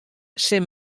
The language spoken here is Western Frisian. sil